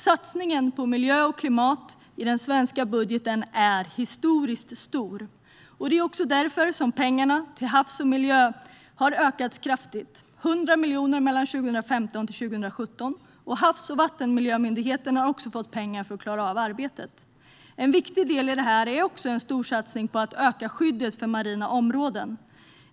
Satsningen på miljö och klimat i den svenska budgeten är historiskt stor, och det är också därför pengarna till hav och miljö har ökat kraftigt - 100 miljoner mellan 2015 och 2017. Havs och vattenmyndigheten har också fått pengar för att klara av arbetet. En viktig del i det här är också en storsatsning på att öka skyddet för marina områden.